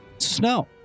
Snow